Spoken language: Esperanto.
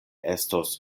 estos